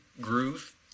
groove